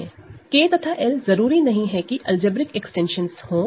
K तथा L जरूरी नहीं कि अलजेब्रिक एक्सटेंशन हो